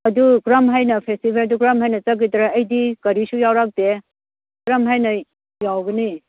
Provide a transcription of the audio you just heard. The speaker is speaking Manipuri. ꯑꯗꯨ ꯀꯔꯝ ꯍꯥꯏꯅ ꯐꯦꯁꯇꯤꯕꯦꯜꯗꯨ ꯀꯔꯝ ꯍꯥꯏꯅ ꯆꯠꯀꯗ꯭ꯔꯥ ꯑꯩꯗꯤ ꯒꯥꯔꯤꯁꯨ ꯌꯥꯎꯔꯛꯇꯦ ꯀꯔꯝ ꯍꯥꯏꯅ ꯌꯧꯒꯅꯤ